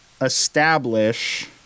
establish